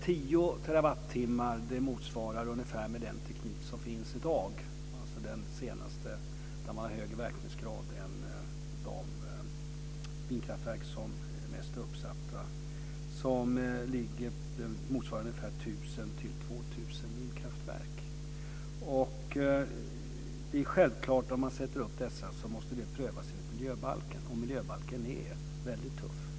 10 terawattimmar motsvarar med den teknik som finns i dag - dvs. den senaste, där man har högre verkningsgrad än i de vindkraftverk som nu är mest uppsatta - 1 000-2 000 vindkraftverk. Det är självklart att innan man sätter upp dessa måste det ske en prövning enligt miljöbalken, och miljöbalken är väldigt tuff.